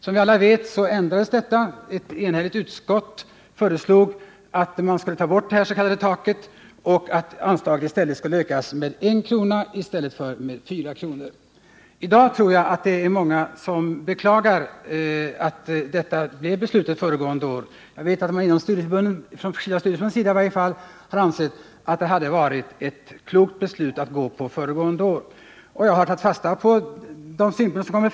Som vi alla vet ändrades detta förslag. Ett enhälligt utskott föreslog att man skulle ta bort dets.k. taket och att anslaget skulle öka med 1 kr. i stället för med 4. 1 dag tror jag att det finns många som beklagar att beslutet föregående år blev som det blev. Jag vet att man i varje fall från skilda studieförbunds sida har ansett att det hade varit ett klokt beslut om man föregående år gått på propositionens förslag.